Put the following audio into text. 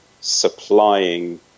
supplying